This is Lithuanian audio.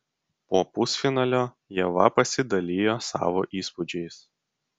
po pusfinalio ieva pasidalijo savo įspūdžiais